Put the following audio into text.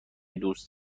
دوست